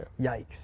yikes